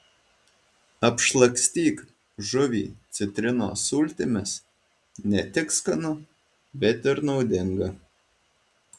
apšlakstyk žuvį citrinos sultimis ne tik skanu bet ir naudinga